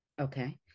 Okay